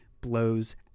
blows